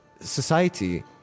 Society